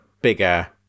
bigger